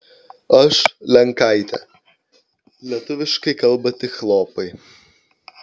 aš lenkaitė lietuviškai kalba tik chlopai